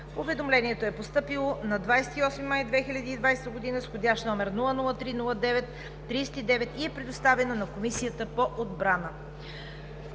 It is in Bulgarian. Уведомлението е постъпило на 28 май 2020 г., вх. № 003-09-39 и е предоставено на Комисията по отбрана.